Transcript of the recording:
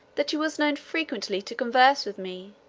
that he was known frequently to converse with me,